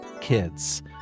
kids